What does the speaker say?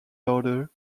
daughter